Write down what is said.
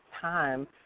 time